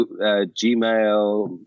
Gmail